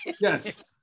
Yes